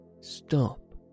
Stop